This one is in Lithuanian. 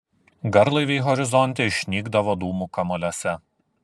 garlaiviai horizonte išnykdavo dūmų kamuoliuose